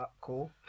cool